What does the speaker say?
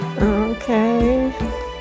Okay